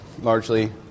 largely